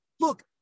look